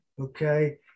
Okay